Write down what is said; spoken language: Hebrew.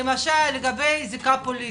לגבי הזיקה הפוליטית,